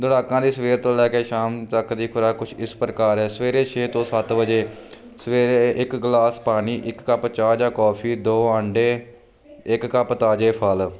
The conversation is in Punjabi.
ਦੌੜਾਕਾਂ ਲਈ ਸਵੇਰ ਤੋਂ ਲੈ ਕੇ ਸ਼ਾਮ ਤੱਕ ਦੀ ਖੁਰਾਕ ਕੁਛ ਇਸ ਪ੍ਰਕਾਰ ਹੈ ਸਵੇਰੇ ਛੇ ਤੋਂ ਸੱਤ ਵਜੇ ਸਵੇਰੇ ਇੱਕ ਗਲਾਸ ਪਾਣੀ ਇੱਕ ਕੱਪ ਚਾਹ ਜਾਂ ਕਾਫੀ ਦੋ ਆਂਡੇ ਇੱਕ ਕੱਪ ਤਾਜ਼ੇ ਫਲ